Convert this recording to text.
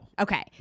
Okay